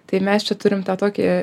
tai mes čia turim tą tokį